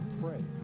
pray